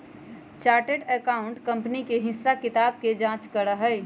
chartered accountant company के हिसाब किताब के जाँच करा हई